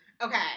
Okay